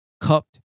cupped